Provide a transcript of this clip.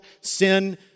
Sin